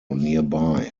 nearby